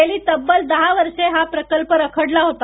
गेली तब्बल दहा वर्षे हा प्रकल्प रखडला होता